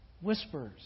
whispers